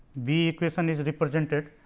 b equation is represented.